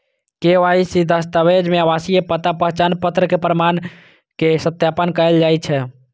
KYC दस्तावेज मे आवासीय पता, पहचान पत्र के प्रमाण के सत्यापन कैल जाइ छै